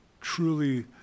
truly